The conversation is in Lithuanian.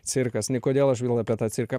cirkas nu i kodėl aš vėl apie tą cirką